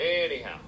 Anyhow